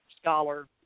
scholar